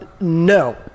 No